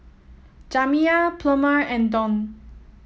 Jamiya Plummer and Deon